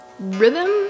Rhythm